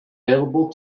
available